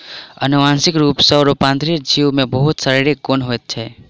अनुवांशिक रूप सॅ रूपांतरित जीव में बहुत शारीरिक गुण होइत छै